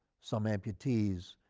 some amputees,